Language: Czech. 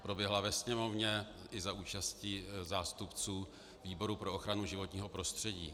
Proběhla ve Sněmovně i za účasti zástupců výboru pro ochranu životního prostředí.